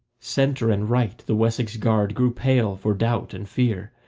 centre and right the wessex guard grew pale for doubt and fear,